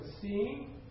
seeing